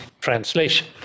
translation